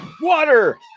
Water